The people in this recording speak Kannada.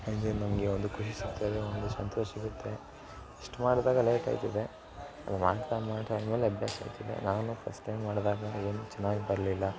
ಅದ್ರಿಂದ ನಮಗೆ ಒಂದು ಖುಷಿ ಸಿಗ್ತದೆ ಒಂದು ಸಂತೋಷ ಸಿಗುತ್ತೆ ಇಷ್ಟು ಮಾಡಿದಾಗ ಲೇಟ್ ಆಗ್ತದೆ ಅದು ಮಾಡ್ತಾ ಮಾಡ್ತಾ ಆಮೇಲೆ ಅಭ್ಯಾಸ ಆಗ್ತದೆ ನಾನು ಫಸ್ಟ್ ಟೈಮ್ ಮಾಡಿದಾಗ ಏನು ಚೆನ್ನಾಗಿ ಬರಲಿಲ್ಲ